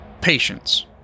Patience